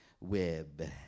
web